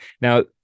now